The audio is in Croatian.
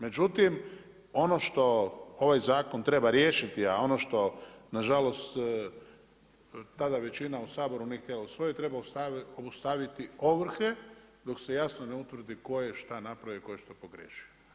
Međutim ono što ovaj zakon treba riješiti, a ono što nažalost tada većina u Saboru nije htjela usvojiti, treba obustaviti ovrhe dok se jasno ne utvrdi tko je šta napravio i tko je šta pogriješio.